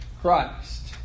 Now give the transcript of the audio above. Christ